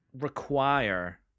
require